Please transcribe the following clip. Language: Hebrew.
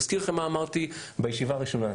אני מזכיר לכם מה אמרתי בישיבה הראשונה אצלך.